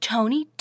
Tony